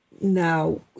Now